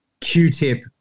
Q-tip